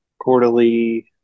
quarterly